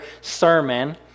sermon